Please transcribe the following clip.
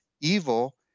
Evil